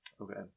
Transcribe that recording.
Okay